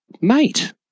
Mate